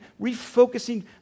refocusing